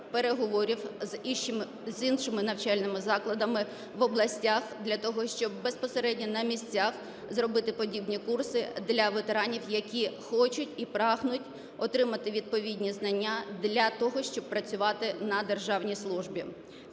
переговорів з іншими навчальними закладами в областях для того, щоб безпосередньо на місцях зробити подібні курси для ветеранів, які хочуть і прагнуть отримати відповідні знання для того, щоб працювати на державній службі.